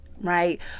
Right